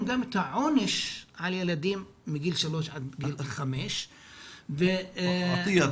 גם את העונש על ילדים מגיל 3 עד גיל 5. עטיה,